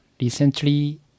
recently